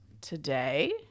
today